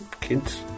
kids